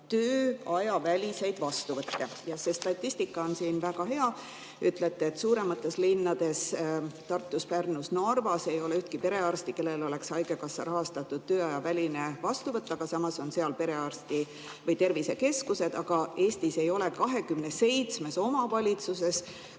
tööajaväliseid vastuvõtte. Ja see statistika on siin väga hea. Ütlete, et suuremates linnades, nagu Tartus, Pärnus ja Narvas ei ole ühtki perearsti, kellel oleks haigekassa rahastatud tööajaväline vastuvõtt, aga samas on seal tervisekeskused. Aga Eestis ei ole 27 omavalitsuses,